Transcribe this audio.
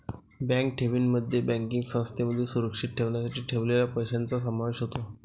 bank ठेवींमध्ये banking संस्थांमध्ये सुरक्षित ठेवण्यासाठी ठेवलेल्या पैशांचा समावेश होतो